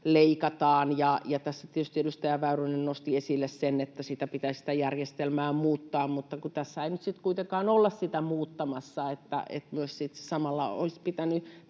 leikataan. Tässä tietysti edustaja Väyrynen nosti esille sen, että sitä järjestelmää pitäisi muuttaa, mutta kun tässä ei nyt sitten kuitenkaan olla sitä muuttamassa. Samalla olisi pitänyt